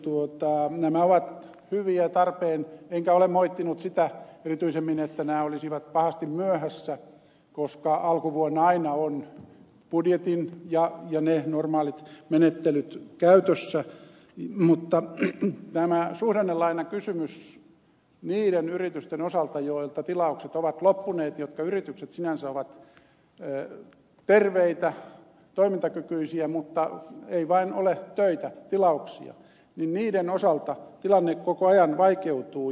nämä ovat hyviä ja tarpeen enkä ole moittinut sitä erityisemmin että nämä olisivat pahasti myöhässä koska alkuvuonna aina on budjetin ja ne normaalit menettelyt käytössä mutta tämä suhdannelainakysymys niiden yritysten osalta joilta tilaukset ovat loppuneet jotka yritykset sinänsä ovat terveitä toimintakykyisiä mutta ei vain ole töitä tilauksia niin niiden osalta tilanne koko ajan vaikeutuu